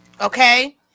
okay